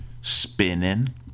spinning